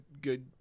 good